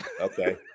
Okay